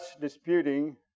disputing